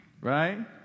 right